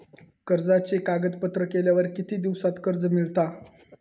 कर्जाचे कागदपत्र केल्यावर किती दिवसात कर्ज मिळता?